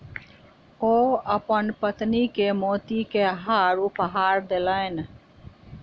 ओ अपन पत्नी के मोती के हार उपहार देलैन